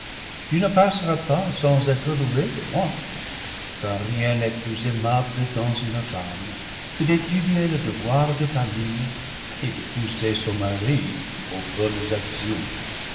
tu ne passeras pas sans être louée de moi car rien n'est plus aimable dans une femme que d'étudier le devoir de famille et de pousser son mari aux bonnes actions